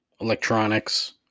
Electronics